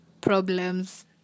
problems